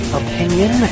opinion